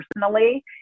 personally